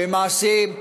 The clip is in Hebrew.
במעשים,